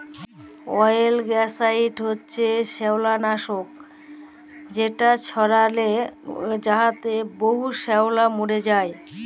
অয়েলগ্যাসাইড হছে শেওলালাসক যেট ছড়াইলে গাহাচে বহুত শেওলা মইরে যায়